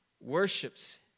worships